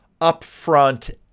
upfront